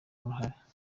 uruhare